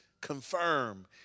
confirm